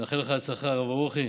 אני מאחל לך הצלחה, הרב ברוכי.